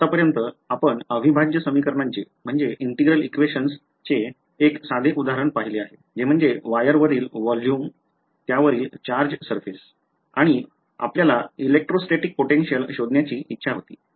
आतापर्यंत आम्ही अविभाज्य समीकरणांचे एक साधे उदाहरण पाहिले आहे जे म्हणजे वायरवरील व्होल्यूम त्यावर चार्ज surface आहे आणि आम्हाला इलेक्ट्रोस्टेटिक potential शोधण्याची इच्छा होती